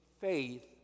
faith